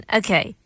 okay